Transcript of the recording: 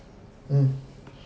mm